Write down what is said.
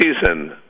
season